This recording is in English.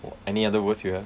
any other words you have